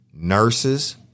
Nurses